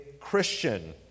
Christian